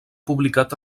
publicat